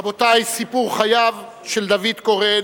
רבותי, סיפור חייו של דוד קורן